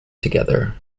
together